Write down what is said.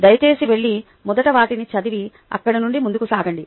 దయచేసి వెళ్లి మొదట వాటిని చదివి అక్కడ నుండి ముందుకు సాగండి